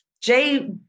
Jay